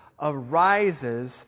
arises